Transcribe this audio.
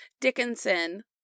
Dickinson